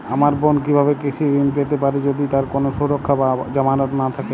আমার বোন কীভাবে কৃষি ঋণ পেতে পারে যদি তার কোনো সুরক্ষা বা জামানত না থাকে?